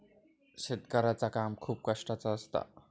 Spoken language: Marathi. शेतकऱ्याचा काम खूप कष्टाचा असता